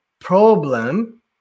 problem